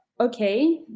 okay